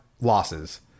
losses